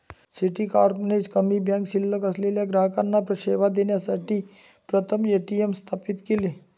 Citicorp ने कमी bank शिल्लक असलेल्या ग्राहकांना सेवा देण्यासाठी प्रथम ए.टी.एम स्थापित केले